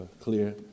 clear